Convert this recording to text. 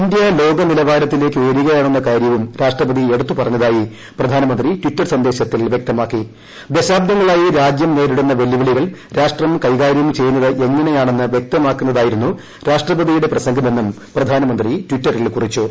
India ലോകനിലവാരത്തില്ലേക്ക് ഉയരുകയാണെന്ന കാര്യവും രാഷ്ട്രപതി എടുത്തു പ്പെട്ഞതായി പ്രധാനമന്ത്രി ടിറ്റർ സന്ദേശത്തിൽ വൃക്തമാക്കി ദശാബ്ദങ്ങളായി രാജ്യം നേരിടുന്ന വെല്ലുവിളികൾ രാഷ്ട്രം ക്കെകാര്യം ചെയ്യുന്നത് എങ്ങനെയാണെന്ന് വ്യക്തമാക്കുന്നതായിരുന്നു രാഷ്ട്രപതിയുടെ പ്രസംഗമെന്നും പ്രധാനമന്ത്രി ട്വിറ്ററിൽ കുറിച്ചു